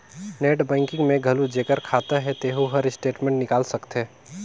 net banking में घलो जेखर खाता हे तेहू हर स्टेटमेंट निकाल सकथे